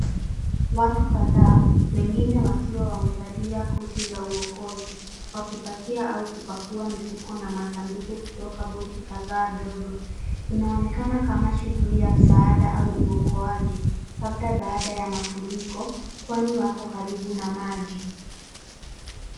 Watu kadhaa wengine wakiwa wamevalia koti za uokozi wakipakia au kupakua mifuko na masanduku kutoka boat kadhaa ndogo. Inaonekana kama shughuli ya msaada au uokoaji. Labda baada ya mafuriko kwani wako karibu na maji.